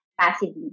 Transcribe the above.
passively